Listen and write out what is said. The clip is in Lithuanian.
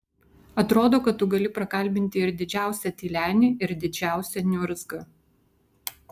atrodo kad tu gali prakalbinti ir didžiausią tylenį ir didžiausią niurzgą